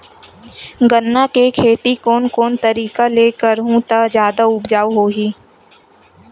गन्ना के खेती कोन कोन तरीका ले करहु त जादा उपजाऊ होही?